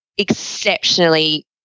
exceptionally